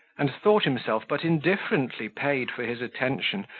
and thought himself but indifferently paid for his attention,